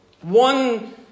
one